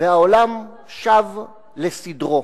והעולם שב לסדרו.